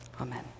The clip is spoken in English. Amen